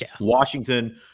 Washington